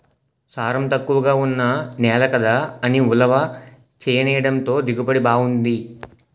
సారం తక్కువగా ఉన్న నేల కదా అని ఉలవ చేనెయ్యడంతో దిగుబడి బావుంది